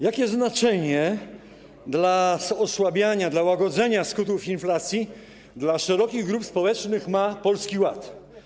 Jakie znaczenie dla osłabiania, dla łagodzenia skutków inflacji, dla szerokich grup społecznych ma Polski Ład?